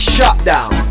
Shutdown